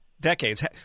decades